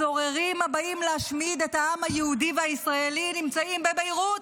הצוררים הבאים להשמיד את העם היהודי והישראלי נמצאים בביירות,